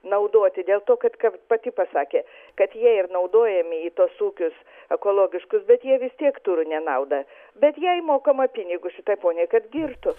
naudoti dėl to kad kaip pati pasakė kad jie ir naudojami į tuos ūkius ekologiškus bet jie vis tiek turi nenaudą bet jai mokama pinigus šitai poniai kad girtų